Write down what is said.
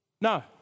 No